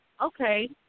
okay